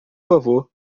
favor